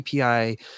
API